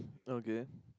okay